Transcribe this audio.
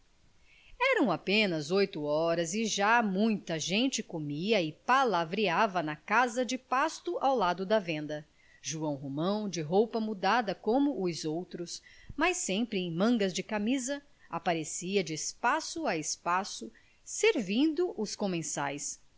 eram apenas oito horas e já muita gente comia e palavreava na casa de pasto ao lado da venda joão romão de roupa mudada como os outros mas sempre em mangas de camisa aparecia de espaço em espaço servindo os comensais